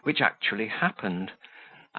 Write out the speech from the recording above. which actually happened,